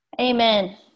Amen